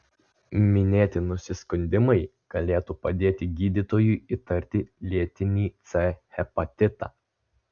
minėti nusiskundimai galėtų padėti gydytojui įtarti lėtinį c hepatitą